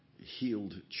healed